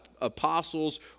apostles